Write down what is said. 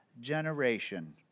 generation